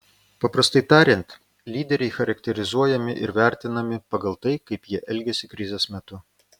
paprastai tariant lyderiai charakterizuojami ir vertinami pagal tai kaip jie elgiasi krizės metu